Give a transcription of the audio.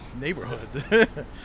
neighborhood